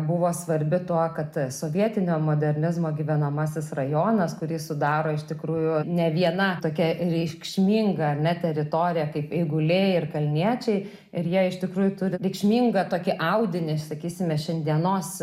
buvo svarbi tuo kad sovietinio modernizmo gyvenamasis rajonas kurį sudaro iš tikrųjų ne viena tokia reikšminga ar ne teritorija kaip eiguliai ir kalniečiai ir jie iš tikrųjų turi reikšmingą tokį audinį sakysime šiandienos